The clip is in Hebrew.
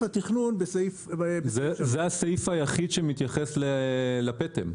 התכנון בסעיף 3. זה הסעיף היחיד שמתייחס לפטם.